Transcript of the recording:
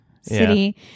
City